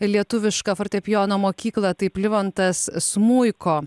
lietuvišką fortepijono mokyklą taip livontas smuiko